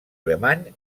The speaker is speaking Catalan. alemany